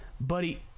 Buddy